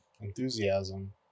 enthusiasm